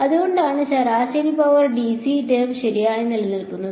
അതുകൊണ്ടാണ് ശരാശരി power DC term ശരിയായി നിലനിൽക്കുന്നത്